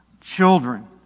Children